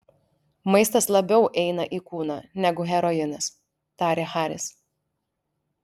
maistas labiau eina į kūną negu heroinas tarė haris